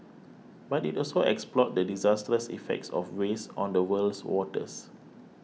but it also explored the disastrous effects of waste on the world's waters